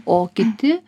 o kiti